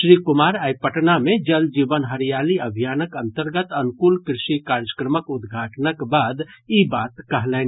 श्री कुमार आइ पटना मे जल जीवन हरियाली अभियानक अंतर्गत अनुकूल कृषि कार्यक्रमक उद्घाटनक बाद ई बात कहलनि